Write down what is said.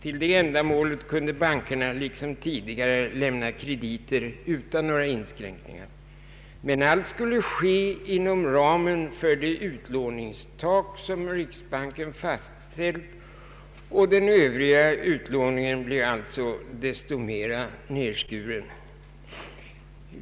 För detta ändamål kunde bankerna liksom tidigare lämna krediter utan några inskränkningar, men allt skulle ske inom ramen för det utlåningstak som riksbanken fastställt, och den övriga utlåningen blev desto mer nedskuren.